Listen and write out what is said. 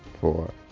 four